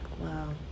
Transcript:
Wow